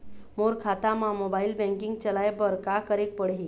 मोर खाता मा mobile banking चलाए बर का करेक पड़ही?